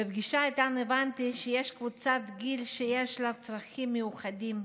בפגישה איתן הבנתי שיש קבוצת גיל שיש לה צרכים מיוחדים,